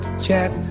chat